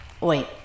Wait